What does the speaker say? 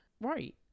right